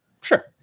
Sure